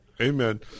amen